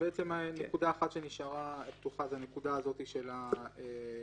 נקודה אחת שנשארה פתוחה זו הנקודה הזאת של הדיווחים